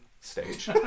stage